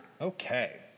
Okay